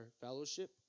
fellowship